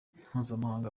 mpuzamahanga